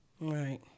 Right